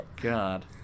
God